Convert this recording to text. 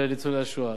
של ניצולי השואה,